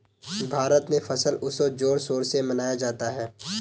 भारत में फसल उत्सव जोर शोर से मनाया जाता है